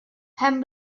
pen